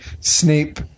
snape